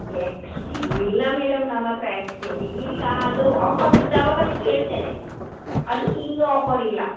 exchange ಇಲ್ಲ madam ನಮ್ಮ ಹತ್ರ ಎಕ್ಸ್ಚೇಂಜ್ ಈಗ ಇಲ್ಲ ಅದು ಆಫರ್ ಇದ್ದಾಗ ನಿಮ್ಗೆ ಹೇಳ್ತೇನೆ ಅದಕ್ಕೆ ಈಗ ಆಫರ್ ಇಲ್ಲ